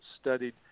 studied